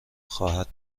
خواهد